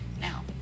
now